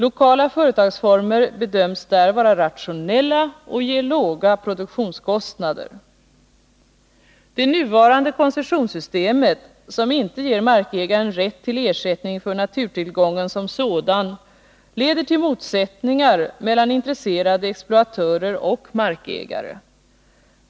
Lokala företagsformer bedöms där vara rationella och ge låga produktionskostnader. Det nuvarande koncessionssystemet, som inte ger markägaren rätt till ersättning för naturtillgången som sådan, leder till motsättningar mellan intresserade exploatörer och markägare.